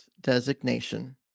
designation